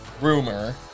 rumor